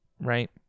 right